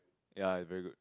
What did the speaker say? ya it's very good